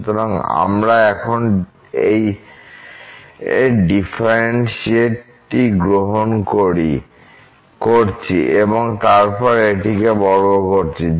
সুতরাং আমরা এখন এই ডিফারেন্সটি গ্রহণ করছি এবং তারপরে এটিকে বর্গ করছি